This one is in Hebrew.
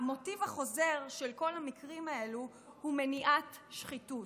המוטיב החוזר של כל המקרים האלו הוא מניעת שחיתות,